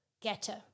getter